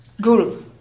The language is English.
guru